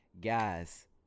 Guys